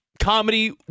comedy